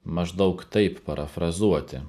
maždaug taip parafrazuoti